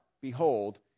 behold